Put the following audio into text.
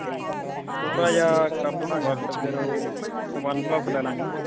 ਅੱਛਾ ਜੀ ਥੋੜ੍ਹਾ ਜਿਹਾ ਕਰ ਦਿਉ ਨਾ ਵੱਧ ਫਿਰ ਉਹ ਵਨਪਲੱਸ ਲੈ ਲਵਾਂਗੇ ਨਾ